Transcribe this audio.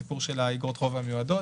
הסיפור של אגרות החוב המיועדות.